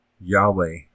Yahweh